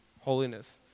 Holiness